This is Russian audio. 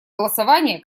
голосования